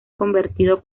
convertido